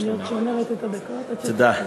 תודה.